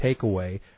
takeaway